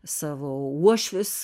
savo uošvius